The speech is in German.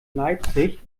leipzig